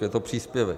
Je to příspěvek!